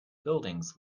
buildings